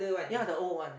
ya the old one